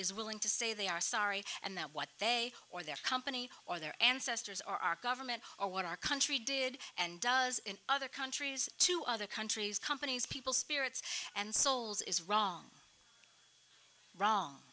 is willing to say they are sorry and that what they or their company or their ancestors or our government or what our country did and does in other countries to other countries companies people spirits and souls is wrong wrong